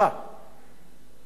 לפעמים זה גובל בהפקרות,